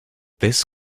this